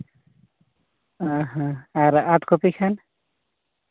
ᱚᱸᱻ ᱦᱚᱸ ᱟᱨ ᱟᱴ ᱠᱳᱯᱤ ᱠᱷᱟᱱ